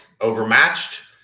overmatched